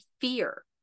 fear